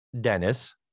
Dennis